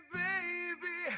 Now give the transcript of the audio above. baby